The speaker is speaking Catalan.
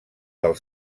del